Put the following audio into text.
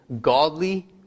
godly